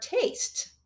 taste